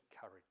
courage